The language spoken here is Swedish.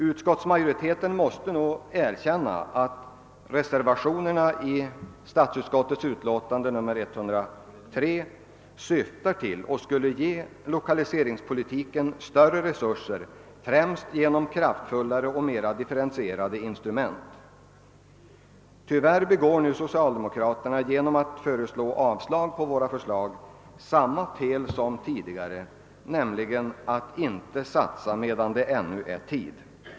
Utskottsmajoriteten måste erkänna att reservationerna vid statsutskottets utlåtande nr 103 syftar till och även skulle ge lokaliseringspolitiken större resurser främst genom kraftfullare och mer differentierade instrument. Tyvärr begår nu socialdemokraterna genom att föreslå avslag på våra förslag samma fel som tidigare, nämligen att inte satsa medan det ännu är tid.